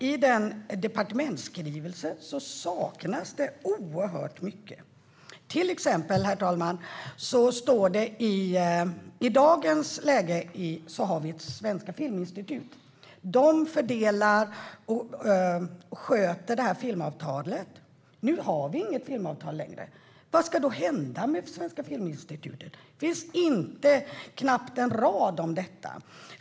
I departementsskrivelsen saknas som sagt oerhört mycket. Till exempel har vi i dagens läge Svenska Filminstitutet som fördelar och sköter filmavtalet. Nu finns det inget filmavtal längre. Vad ska då hända med Svenska Filminstitutet? Det står knappt en rad om det.